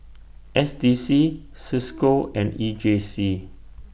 S D C CISCO and E J C